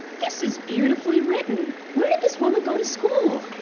this is beautifully-written! where did this woman go to school?